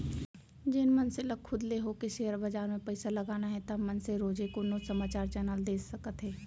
जेन मनसे ल खुद ले होके सेयर बजार म पइसा लगाना हे ता मनसे रोजे कोनो समाचार चैनल देख सकत हे